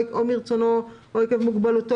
או מרצונו או עקב מוגבלותו,